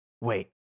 Wait